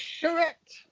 Correct